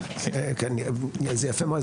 כי זה יפה מאוד,